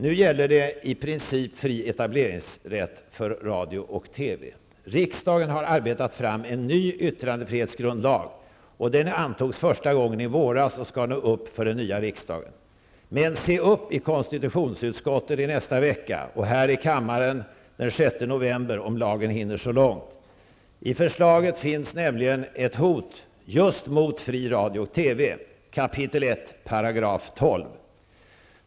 Nu gäller det i princip fri etableringsrätt för radio och TV. Regeringen har arbetat fram en ny yttrandefrihetsgrundlag, som antogs första gången i våras och som nu skall upp i den nya riksdagen. Men se upp i konstitutionsutskottet i nästa vecka och här i kammaren den 6 november, om lagen hinner så långt. I förslaget finns ett hot mot just fri radio och TV, nämligen 1 kap. 12 §.